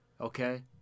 Okay